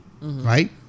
right